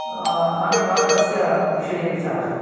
नाटकस्य विषये विचारः